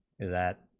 that